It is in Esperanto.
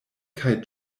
kaj